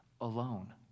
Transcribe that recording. alone